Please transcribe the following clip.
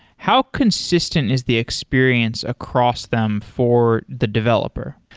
how consistent is the experience across them for the developer?